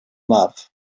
love